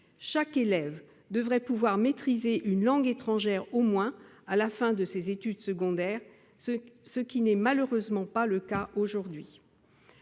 Chaque élève devrait pouvoir maîtriser une langue étrangère au moins à la fin de ses études secondaires, ce qui n'est malheureusement pas le cas aujourd'hui.